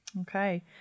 Okay